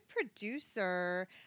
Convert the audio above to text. producer